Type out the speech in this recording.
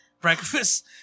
Breakfast